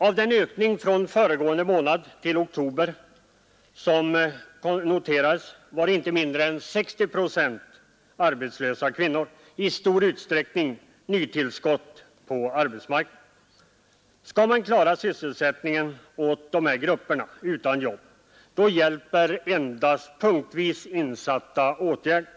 Av ökningen från september till oktober månad var inte mindre än 60 procent arbetslösa kvinnor — i stor utsträckning nytillskott till arbetsmarknaden. Om man skall klara sysselsättningen åt dessa grupper hjälper bäst punktvis insatta åtgärder.